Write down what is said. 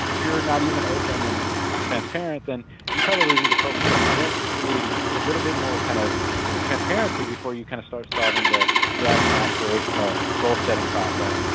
if you are not even open and transparent then you probably need to focus on just creating a little bit more kind of you know transparency before you can kind of start solving the stretch and aspirational goal setting process.